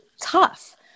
Tough